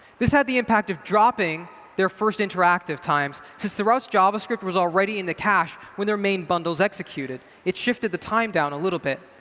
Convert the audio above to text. this had the impact of dropping their first interactive times since the route's javascript was already in the cache when their main bundles executed. it shifted the time down a little bit.